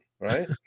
right